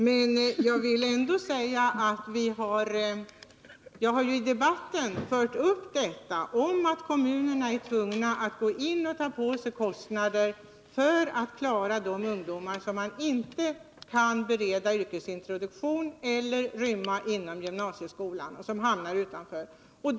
Men jag vill ändå säga att jag i debatten har fört fram detta om att kommunerna är tvungna att gå in och ta på sig kostnader för att klara problemen för de ungdomar som man inte kan bereda yrkesintroduktion eller rymma inom gymnasieskolan — de hamnar alltså utanför den.